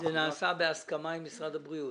זה נעשה בהסכמה עם משרד הבריאות.